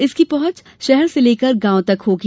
इसकी पहुंच शहर से गांव तक होगी